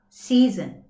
season